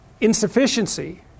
insufficiency